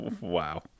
Wow